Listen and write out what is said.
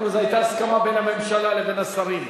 זו היתה הסכמה בין הממשלה לבין השרים.